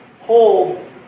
hold